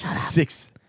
six